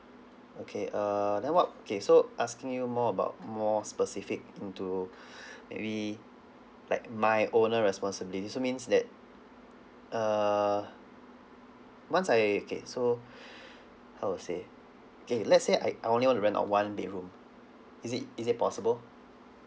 okay err then what okay so asking you more about more specific into maybe like my owner responsibility so means that err once I okay so how to say okay let's say I I only want to rent out one bedroom is it is it possible